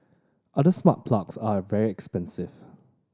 other smart plugs are very expensive